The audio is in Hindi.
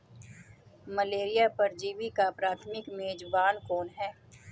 मलेरिया परजीवी का प्राथमिक मेजबान कौन है?